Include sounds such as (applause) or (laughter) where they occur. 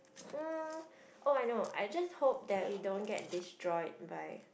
(noise) oh I know I just hope we don't get destroyed by